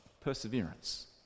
perseverance